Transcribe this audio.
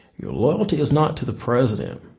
your loyalty is not to the president.